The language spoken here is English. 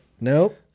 Nope